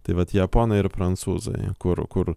tai vat japonai ir prancūzai kur kur